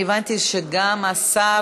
אני הבנתי שגם השר